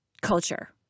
culture